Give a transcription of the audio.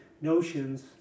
notions